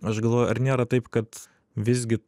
aš galvoju ar nėra taip kad visgi